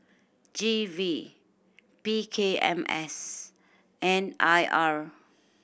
G V P K M S and I R